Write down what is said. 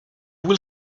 will